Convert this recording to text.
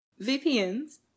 VPNs